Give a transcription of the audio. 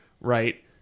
Right